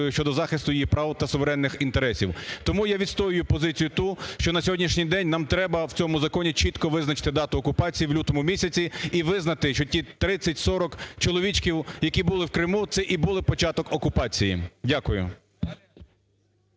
щодо захисту її прав та суверенних інтересів. Тому я відстоюю позицію ту, що на сьогоднішній день нам треба в цьому законі чітко визначити дату окупації в лютому місяці і визнати, що ті 30-40 чоловічків, які були в Криму, це і було початок окупації. Дякую.